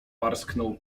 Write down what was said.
parsknął